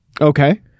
Okay